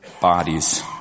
bodies